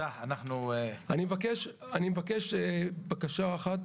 אני מבקש בקשה אחת,